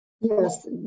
Yes